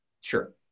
sure